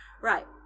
right